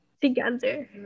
together